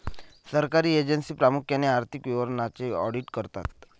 सरकारी एजन्सी प्रामुख्याने आर्थिक विवरणांचे ऑडिट करतात